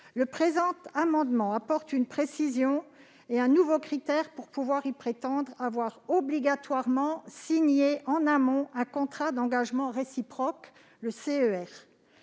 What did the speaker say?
Le présent amendement vise à apporter une précision et à imposer un nouveau critère pour pouvoir y prétendre : avoir obligatoirement signé en amont un contrat d'engagements réciproques (CER).